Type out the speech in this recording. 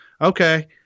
okay